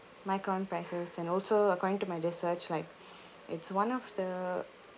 micron prices and also according to my research like it's one of the